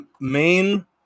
main